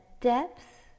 depth